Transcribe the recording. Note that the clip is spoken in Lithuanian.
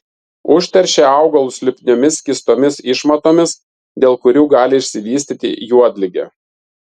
užteršia augalus lipniomis skystomis išmatomis dėl kurių gali išsivystyti juodligė